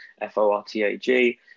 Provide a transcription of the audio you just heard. F-O-R-T-A-G